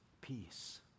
peace